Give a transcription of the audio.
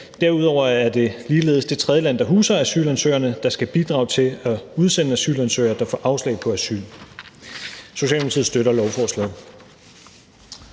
Derudover er det ligeledes det tredjeland, der huser asylansøgerne, der skal bidrage til at udsende asylansøgere, der får afslag på asyl. Socialdemokratiet støtter lovforslaget.